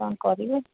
କ'ଣ କରିବେ